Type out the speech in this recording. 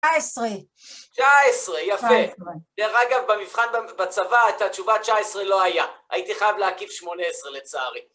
תשע עשרה. תשע עשרה, יפה. דרך אגב, במבחן בצבא את התשובה תשע עשרה לא היה, הייתי חייב להקיף שמונה עשרה לצערי.